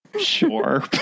Sure